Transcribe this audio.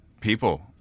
people